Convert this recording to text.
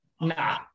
nah